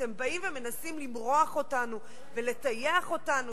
אתם באים ומנסים למרוח אותנו ולטייח אותנו